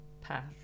path